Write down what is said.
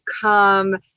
come